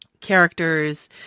characters